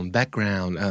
Background